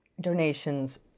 donations